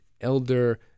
elder